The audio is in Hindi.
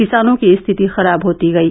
किसानों की स्थिति खराब होती गयी